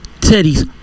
Teddy's